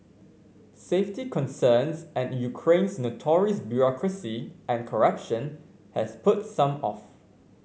safety concerns and Ukraine's notorious bureaucracy and corruption has put some off